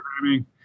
programming